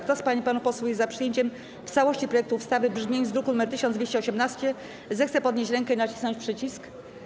Kto z pań i panów posłów jest za przyjęciem w całości projektu ustawy w brzmieniu z druku nr 1218, zechce podnieść rękę i nacisnąć przycisk.